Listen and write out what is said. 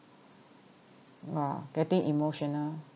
orh getting emotional